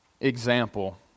example